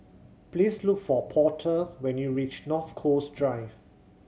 please look for Porter when you reach North Coast Drive